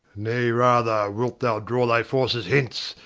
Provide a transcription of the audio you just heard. nay rather, wilt thou draw thy forces hence,